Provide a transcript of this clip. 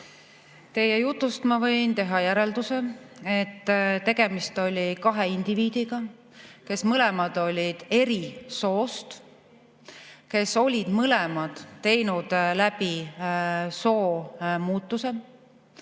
Teie jutust ma võin teha järelduse, et tegemist oli kahe indiviidiga, kes olid eri soost, kes olid mõlemad teinud läbi soomuutuse,